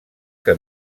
que